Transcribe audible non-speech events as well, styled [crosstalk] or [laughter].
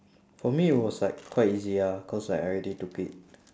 for me it was like quite easy ah cause like I already took it [noise]